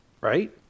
Right